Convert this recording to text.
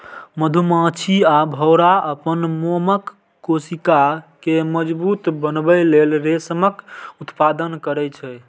मधुमाछी आ भौंरा अपन मोमक कोशिका कें मजबूत बनबै लेल रेशमक उत्पादन करै छै